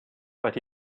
but